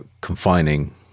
confining